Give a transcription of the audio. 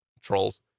Trolls